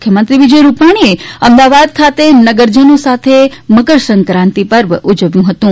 મુખ્યમંત્રી વિજય રૂપાણીએ અમદાવાદ ખાતે નગરજનો સાથે મહકરસંક્રાંતિ પર્વ ઉજવ્યું હતું